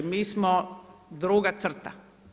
Mi smo druga crta.